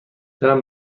دلم